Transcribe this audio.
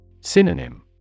Synonym